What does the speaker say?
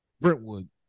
Brentwood